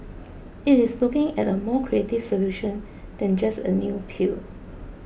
it is looking at a more creative solution than just a new pill